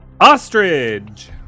ostrich